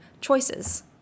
choices